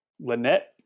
Lynette